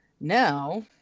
Now